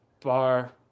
bar